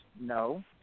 No